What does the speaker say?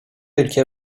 ülke